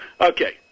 Okay